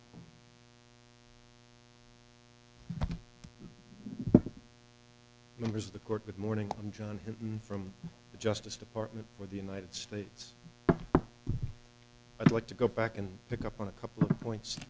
much members of the court with morning i'm john hidden from the justice department for the united states i'd like to go back and pick up on a couple points